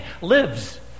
lives